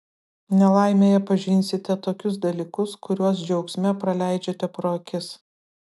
nelaimėje pažinsite tokius dalykus kuriuos džiaugsme praleidžiate pro akis